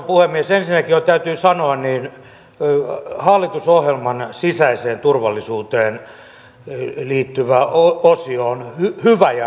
ensinnäkin täytyy sanoa että hallitusohjelman sisäiseen turvallisuuteen liittyvä osio on hyvä ja realistinen